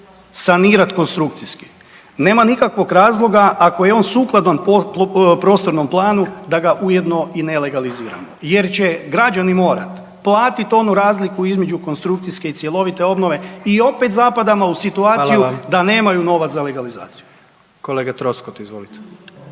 sanirati konstrukcijski, nema nikakvog razloga, ako je on sukladan prostornom planu, da ga ujedno i ne legaliziramo jer će građani morati platiti onu razliku između konstrukcijske i cjelovite obnove i opet zapadamo u situaciju da .../Upadica: Hvala vam./... nemaju novac